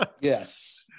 yes